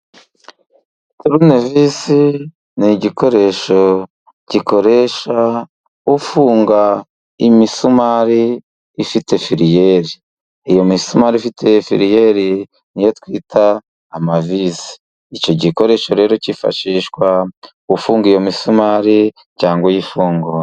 Turunovisi ni igikoresho gikoresha ufunga imisumari ifite feriyeri, iyo misumari ifite feriyeri niyo twita amavisi, icyo gikoresho rero kifashishwa gufunga iyo misumari cyangwa uyifungura.